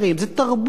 זה תרבות,